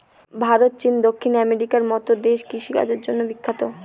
ভারত, চীন, দক্ষিণ আমেরিকার মতো দেশ কৃষিকাজের জন্য বিখ্যাত